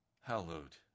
Hallowed